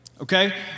okay